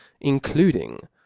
including